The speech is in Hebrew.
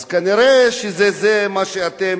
אז כנראה זה מה שאתם